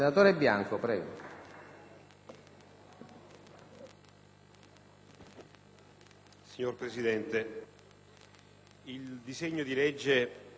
Signor Presidente, il disegno di legge che ci accingiamo a votare